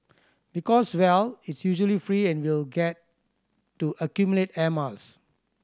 because well it's usually free and we'll get to accumulate air miles